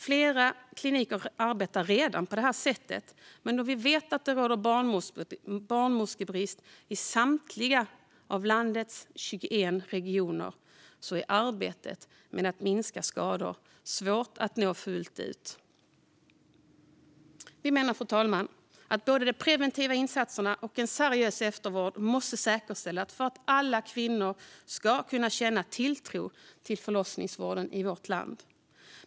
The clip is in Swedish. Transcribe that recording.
Flera kliniker arbetar redan på det här sättet, men då det råder barnmorskebrist i samtliga av landets 21 regioner är arbetet med att minska skador svårt att nå ut med fullt ut. Vi menar, fru talman, att både preventiva insatser och en seriös eftervård måste säkerställas för att alla kvinnor ska kunna känna tilltro till förlossningsvården i vårt land.